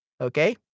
Okay